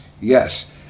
Yes